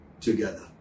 together